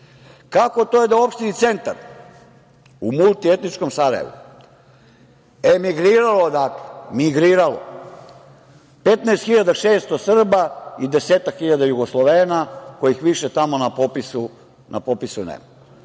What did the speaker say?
Kako to da je u toj opštini Centar, u multietničkom Sarajevu emigriralo odatle, migriralo, 15.600 Srba i desetak hiljada Jugoslovena kojih više tamo na popisu nema?